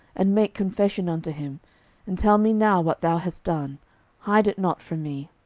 and make confession unto him and tell me now what thou hast done hide it not from me.